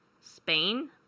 Spain